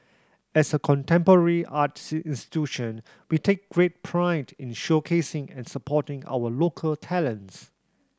as a contemporary art institution we take great pride in showcasing and supporting our local talents